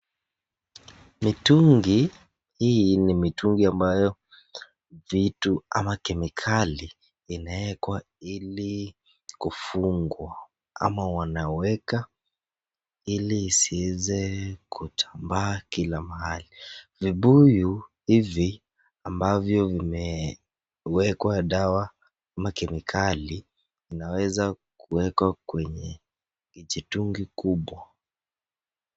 Mitungi hii ni mitungi ambayo vitu ama kemikali inawekwa ili kufungwa ama wanaweka ili isiweze kutambaa kila mahali. Vibuyu hivi ambavyo vimewekwa dawa ama kemikali inaweza kuwekwa kwenye kijitungi kubwa.